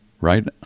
right